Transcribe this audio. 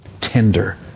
Tender